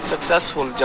Successful